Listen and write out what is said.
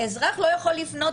האזרח לא יכול לפנות,